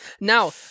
now